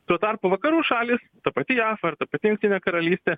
tuo tarpu vakarų šalys ta pati jav ar ta pati jungtinė karalystė